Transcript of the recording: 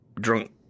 drunk